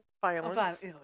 violence